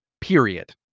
period